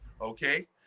okay